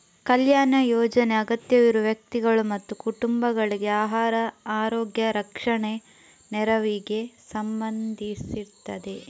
ಕಲ್ಯಾಣ ಯೋಜನೆ ಅಗತ್ಯವಿರುವ ವ್ಯಕ್ತಿಗಳು ಮತ್ತು ಕುಟುಂಬಗಳಿಗೆ ಆಹಾರ, ಆರೋಗ್ಯ, ರಕ್ಷಣೆ ನೆರವಿಗೆ ಸಂಬಂಧಿಸಿರ್ತದೆ